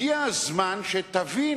הגיע הזמן שתבין